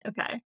Okay